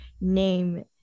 name